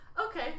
Okay